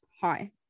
hi